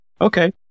okay